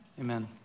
Amen